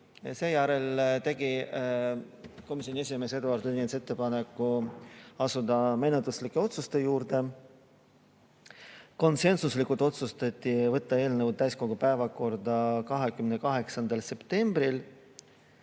piirdus. Seejärel tegi komisjoni esimees Eduard Odinets ettepaneku asuda menetluslike otsuste juurde. Konsensuslikult otsustati võtta eelnõu täiskogu päevakorda 28. septembril.